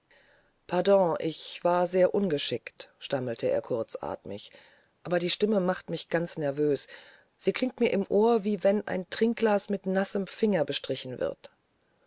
pardon ich war sehr ungeschickt stammelte er kurzatmig aber die stimme macht mich ganz nervös sie klingt mir im ohr wie wenn ein trinkglas mit nassem finger bestrichen wird